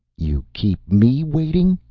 you keep me waiting,